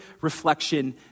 reflection